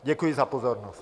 Děkuji za pozornost.